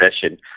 session